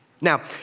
Now